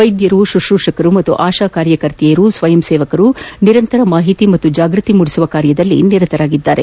ವೈದ್ಯರು ಶುಶ್ರೂಷಕರು ಮತ್ತು ಆಶಾ ಕಾರ್ಯಕರ್ತೆಯರು ಸ್ವಯಂಸೇವಕರು ನಿರಂತರ ಮಾಹಿತಿ ಮತ್ತು ಜಾಗೃತಿ ಮೂಡಿಸುವ ಕೆಲಸದಲ್ಲಿ ನಿರತರಾದ್ದಾರೆ